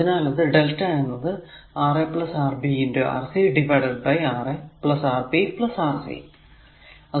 അതിനാൽ അത് lrmΔ എന്നത് Ra Rb Rc divided by Ra Rb Rc